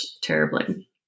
terribly